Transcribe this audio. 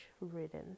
ridden